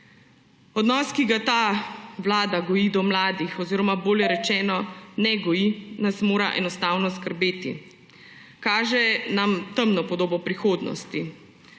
Odnos, ki ga ta vlada goji do mladih oziroma bolje rečeno ne goji, nas mora enostavno skrbeti. Kaže nam temno podobo prihodnosti.